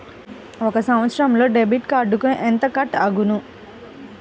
ఒక సంవత్సరంలో డెబిట్ కార్డుకు ఎంత కట్ అగును?